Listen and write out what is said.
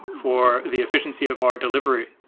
for the efficiency of our delivery.